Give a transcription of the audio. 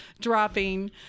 dropping